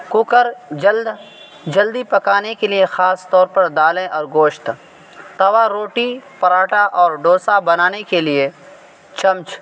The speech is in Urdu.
کوکر جلد جلدی پکانے کے لیے خاص طور پر دالیں اور گوشت توا روٹی پرانٹھا اور ڈوسہ بنانے کے لیے چمچہ